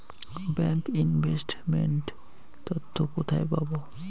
Bank investment তথ্য কোথায় পাব?